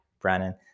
brennan